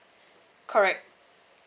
correct